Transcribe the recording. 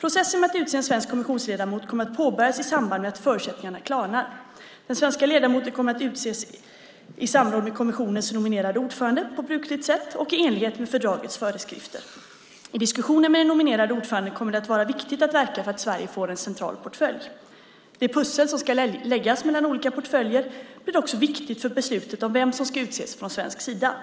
Processen med att utse en svensk kommissionsledamot kommer att påbörjas i samband med att förutsättningarna klarnar. Den svenska ledamoten kommer att utses i samråd med kommissionens nominerade ordförande, på brukligt sätt och i enlighet med fördragets föreskrifter. I diskussioner med den nominerade ordföranden kommer det att vara viktigt att verka för att Sverige får en central portfölj. Det pussel som ska läggas mellan olika portföljer blir också viktigt för beslutet om vem som ska utses från svensk sida.